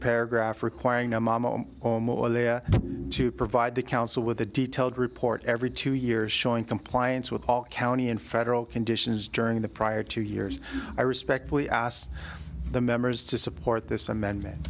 paragraph requiring no mamma or more there to provide the council with a detailed report every two years showing compliance with all county and federal conditions during the prior two years i respectfully asked the members to support this amendment